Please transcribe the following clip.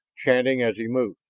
chanting as he moved.